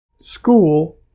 school